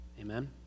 Amen